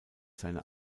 seine